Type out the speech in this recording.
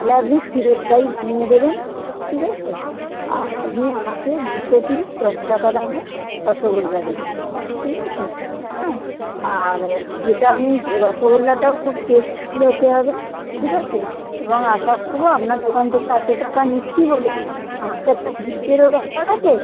তাহলে আপনি ক্ষীরেরটাই বানিয়ে দেবেন ঠিক আছে আর আপনি আমাকে দুশো পিস দশ টাকা দামের রসগোল্লা দেবেন ঠিক আছে হ্যাঁ আর যেটা আমি রসগোল্লাটাও খুব টেস্টফুল হতে হবে ঠিক আছে এবং আশা করবো আপনার দোকান থেকে এতো টাকা নিচ্ছি বলে আমার তো একটা গিফ্টেরও ব্যাপার আছে